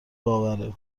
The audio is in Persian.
باوره